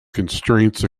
constraints